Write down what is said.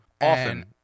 Often